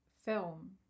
film